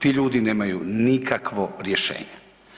Ti ljudi nemaju nikakvo rješenje.